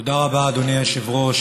תודה רבה, אדוני היושב-ראש.